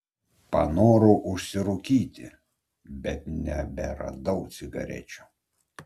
panorau užsirūkyti bet neberadau cigarečių